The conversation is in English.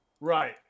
Right